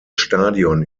stadion